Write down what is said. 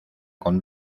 con